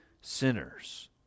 sinners